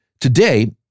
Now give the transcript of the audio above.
Today